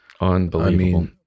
Unbelievable